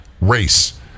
race